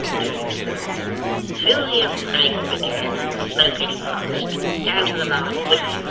turning to the boy fill your pipe again and smoke it fast, down to the last whiff,